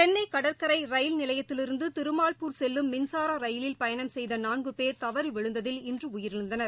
சென்னை கடற்கரை ரயில் நிலையத்திலிருந்து திருமாவ்பூர் செல்லும் மின்சார ரயிலில் பயணம் செய்த நான்கு பேர் தவறி விழுந்ததில் இன்று உயிரிழந்தனர்